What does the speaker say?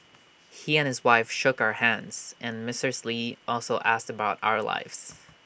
he and his wife shook our hands and Mrs lee also asked us about our lives